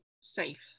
safe